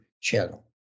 channel